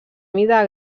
mida